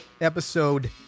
episode